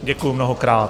Děkuju mnohokrát.